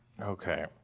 Okay